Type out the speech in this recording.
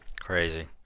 Crazy